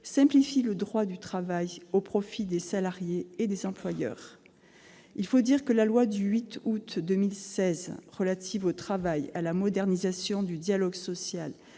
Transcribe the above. simplifie le droit du travail, au profit des salariés et des employeurs. Il faut dire que la loi du 8 août 2016 relative au travail, à la modernisation du dialogue social